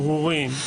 ברורים,